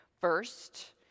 First